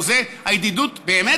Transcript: באמת,